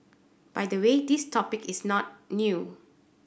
by the way this topic is not new